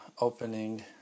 opening